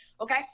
Okay